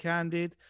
Candid